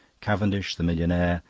cavendish, the millionaire,